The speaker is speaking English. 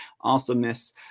Awesomeness